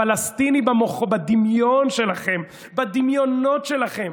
פלסטין היא בדמיון שלכם, בדמיונות שלכם.